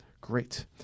Great